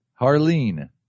Harleen